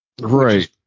Right